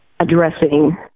addressing